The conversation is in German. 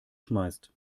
schmeißt